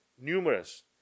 numerous